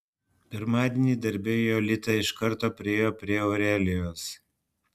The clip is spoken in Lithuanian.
pirmadienį darbe jolita iš karto priėjo prie aurelijos